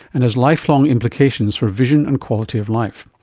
and has lifelong implications for vision and quality of life.